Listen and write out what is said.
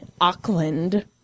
Auckland